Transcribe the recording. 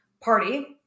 party